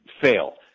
fail